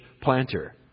planter